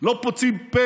לא פוצים פה